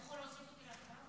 אתה יכול להוסיף אותי להצבעה?